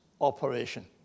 operation